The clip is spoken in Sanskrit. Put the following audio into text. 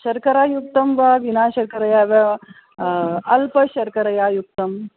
शर्करायुक्तं वा विना शर्करया वा अल्पशर्करया युक्तम्